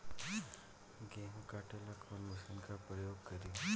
गेहूं काटे ला कवन मशीन का प्रयोग करी?